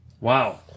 Wow